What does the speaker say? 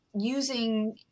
using